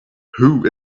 who